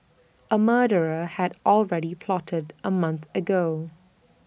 A murder had already plotted A month ago